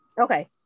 okay